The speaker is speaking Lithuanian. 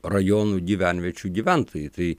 rajonų gyvenviečių gyventojai tai